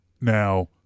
Now